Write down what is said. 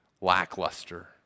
lackluster